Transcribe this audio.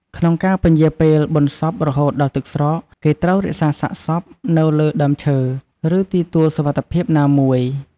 ក្នុងការពន្យារពេលបុណ្យសពរហូតដល់ទឹកស្រក គេត្រូវរក្សាសាកសពនៅលើដើមឈើ ឬទីទួលសុវត្តិភាពណាមួយ។